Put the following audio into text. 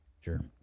Sure